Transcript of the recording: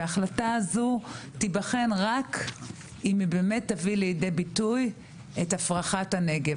ההחלטה הזו תיבחן רק אם היא באמת תביא לידי ביטוי את הפרחת הנגב.